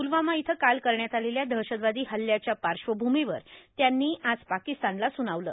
पुलवामा इथं काल करण्यात आलेल्या दहशतवादी हल्ल्याच्या पाश्र्वभूमीवर त्यांनी आज पाकिस्तानला सुनावले